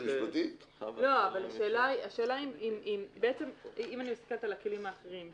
אם אני מסתכלת על הכלים האחרים,